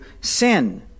sin